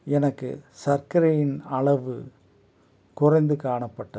எனக்கு சர்க்கரையின் அளவு குறைந்து காணப்பட்டது